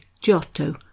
Giotto